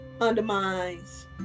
undermines